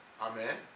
Amen